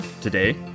today